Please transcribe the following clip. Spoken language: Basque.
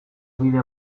bide